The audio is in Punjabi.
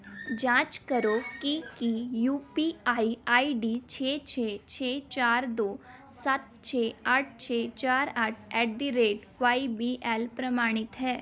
ਜਾਂਚ ਕਰੋ ਕਿ ਕੀ U P I I D ਛੇ ਛੇ ਛੇ ਚਾਰ ਦੋ ਸੱਤ ਛੇ ਅੱਠ ਛੇ ਚਾਰ ਅੱਠ at the rate Y B L ਪ੍ਰਮਾਣਿਤ ਹੈ